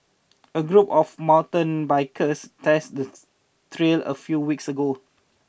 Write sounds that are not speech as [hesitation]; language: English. a group of mountain bikers tested the [hesitation] trail a few weeks ago